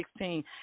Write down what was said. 2016